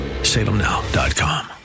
salemnow.com